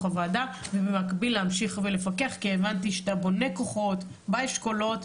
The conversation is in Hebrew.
הוועדה ובמקביל להמשיך ולפקח כי הבנתי שאתה בונה כוחות באשכולות,